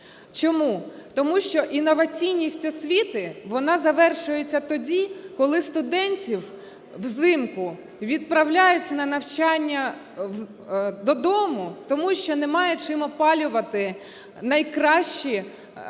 Чому. Тому що інноваційність освіти, вона завершується тоді, коли студентів взимку відправляють на навчання додому тому, що немає чим опалювати найкращі